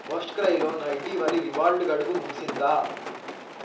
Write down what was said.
first క్రైలో నా ఇటీవలి రివార్డ్ గడువు ముగిసిందా